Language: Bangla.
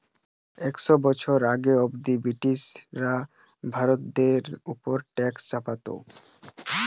একশ বছর আগে অব্দি ব্রিটিশরা ভারতীয়দের উপর ট্যাক্স চাপতো